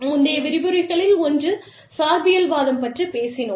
முந்தைய விரிவுரைகளில் ஒன்றில் சார்பியல்வாதம் பற்றிப் பேசினோம்